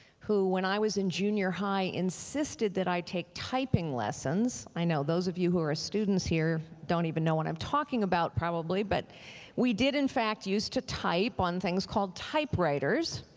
who when i was in junior high insisted that i take typing lessons, i know those of you who are students here don't even know what i'm talking about probably, but we did in fact used to type on things called typewriters